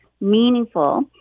meaningful